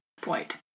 point